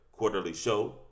quarterlyshow